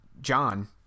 John